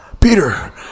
Peter